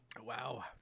wow